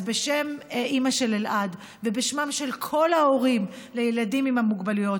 אז בשם אימא של אלעד ובשמם של כל ההורים לילדים עם המוגבלויות,